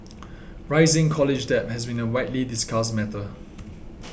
rising college debt has been a widely discussed matter